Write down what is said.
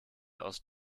aus